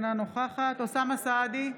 אינה נוכחת אוסאמה סעדי,